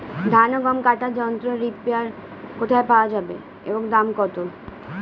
ধান ও গম কাটার যন্ত্র রিপার কোথায় পাওয়া যাবে এবং দাম কত?